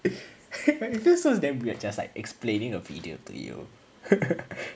it feels so damn weird just like explaining a video to you